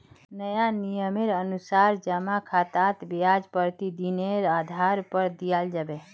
नया नियमेर अनुसार जमा खातात ब्याज प्रतिदिनेर आधार पर दियाल जाबे